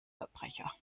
verbrecher